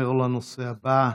אנחנו נעבור לנושא הבא,